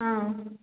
ಹಾಂ